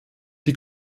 die